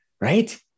right